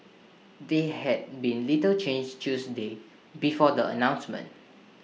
they had been little changed Tuesday before the announcements